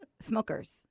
Smokers